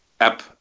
app